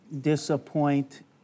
disappoint